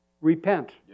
repent